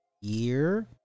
year